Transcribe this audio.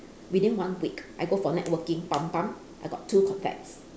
within one week I go for networking bump bump I got two contacts